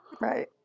Right